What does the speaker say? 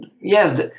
yes